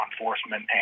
enforcement